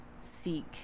seek